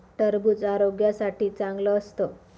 टरबूज आरोग्यासाठी चांगलं असतं